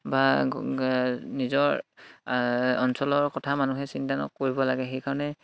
বা নিজৰ অঞ্চলৰ কথা মানুহে চিন্তা ন কৰিব লাগে সেইকাৰণে